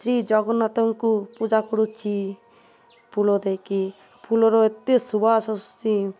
ଶ୍ରୀ ଜଗନ୍ନାଥଙ୍କୁ ପୂଜା କରୁଛି ଫୁଲ ଦେଇକି ଫୁଲର ଏତେ ସୁବାସ ଆସୁଛି